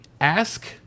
Ask